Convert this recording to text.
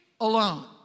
alone